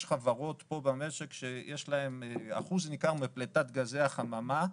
יש חברות פה במשק שיש להן אחוז ניכר מפליטת גזי החממה.